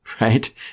right